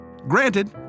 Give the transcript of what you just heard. Granted